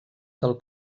del